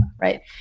right